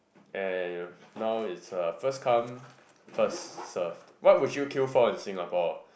and now is uh first come first served what would you queue for in Singapore